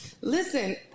Listen